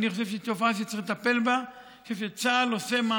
ואני חושב שהיא תופעה שצריך לטפל בה.